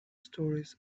stories